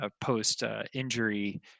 post-injury